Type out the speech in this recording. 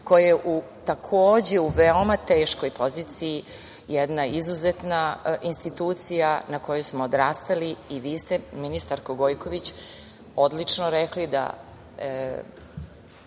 koja je u takođe veoma teškoj poziciji, jedna izuzetna institucija na kojoj smo odrastali. Vi ste, ministarko Gojković, odlično rekli da